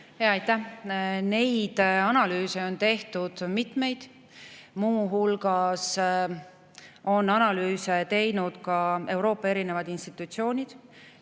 Aitäh! Neid analüüse on tehtud mitmeid, muu hulgas on analüüse teinud ka Euroopa erinevad institutsioonid.